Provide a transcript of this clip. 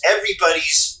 Everybody's